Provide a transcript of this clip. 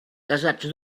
casats